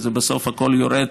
כי בסוף הכול יורד